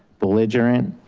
belligerent,